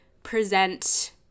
present